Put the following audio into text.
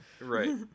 right